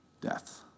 Death